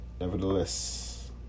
nevertheless